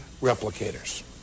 replicators